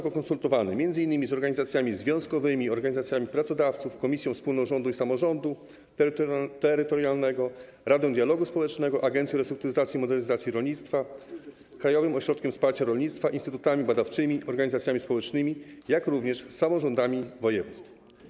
konsultowany, m.in. z organizacjami związkowymi, organizacjami pracodawców, Komisją Wspólną Rządu i Samorządu Terytorialnego, Radą Dialogu Społecznego, Agencją Restrukturyzacji i Modernizacji Rolnictwa, Krajowym Ośrodkiem Wsparcia Rolnictwa, instytutami badawczymi, organizacjami społecznymi, jak również samorządami województw.